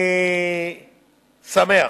שמח.